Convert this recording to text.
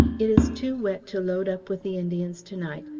it is too wet to load up with the indians to-night,